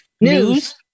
News